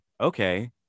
okay